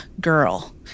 girl